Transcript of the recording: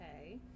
Okay